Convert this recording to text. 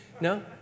No